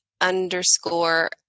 underscore